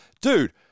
Dude